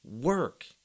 work